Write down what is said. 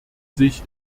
sich